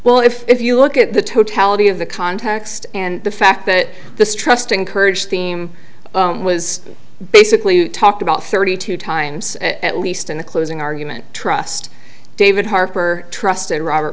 well if if you look at the totality of the context and the fact that this trust encouraged theme was basically talked about thirty two times at least in the closing argument trust david harper trusted robert